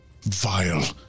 vile